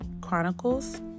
chronicles